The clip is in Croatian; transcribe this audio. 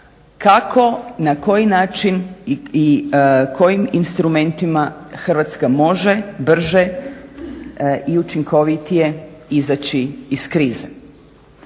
kako, na koji način i kojim instrumentima Hrvatska može brže i učinkovitije izaći iz krize.